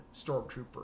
stormtrooper